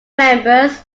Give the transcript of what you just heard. members